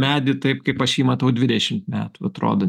medį taip kaip aš jį matau dvidešim metų atrodo